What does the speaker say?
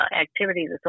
Activities